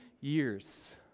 years